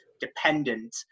dependent